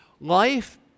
Life